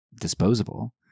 disposable